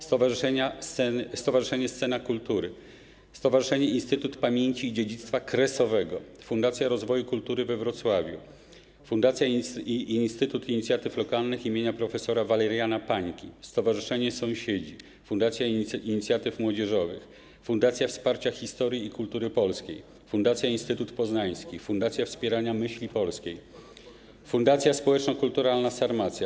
Stowarzyszenie Scena Kultury, Stowarzyszenie Instytut Pamięci i Dziedzictwa Kresowego, Fundacja Rozwoju Kultury we Wrocławiu, Fundacja Instytut Inicjatyw Lokalnych im. prof. Waleriana Pańki, Stowarzyszenie Sąsiedzi 05–123, Fundacja Inicjatyw Młodzieżowych, Fundacja Wsparcia Historii i Kultury Polskiej, Fundacja Instytut Poznański, Fundacja Wspierania Myśli Polskiej, Fundacja Społeczno-Kulturalna Sarmatia.